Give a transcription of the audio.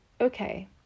okay